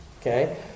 Okay